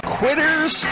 quitters